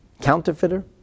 counterfeiter